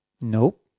Nope